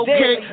Okay